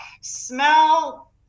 smell